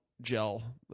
gel